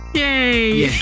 Yay